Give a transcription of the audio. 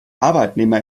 arbeitnehmer